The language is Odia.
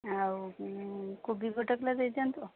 ଆଉ କୋବି ଗୋଟେ କିଲୋ ଦେଇଦିଅନ୍ତୁ